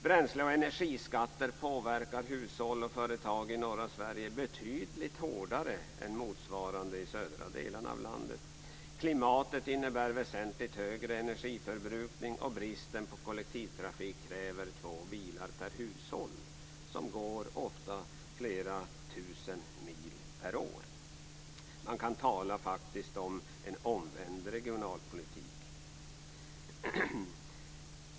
Bränsle och energiskatter påverkar hushåll och företag i norra Sverige betydligt hårdare än motsvarande i de södra delarna av landet. Klimatet innebär väsentligt högre energiförbrukning, och bristen på kollektivtrafik kräver två bilar per hushåll, bilar som ofta körs flera tusen mil per år. Man kan faktiskt tala om en omvänd regionalpolitik.